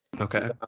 Okay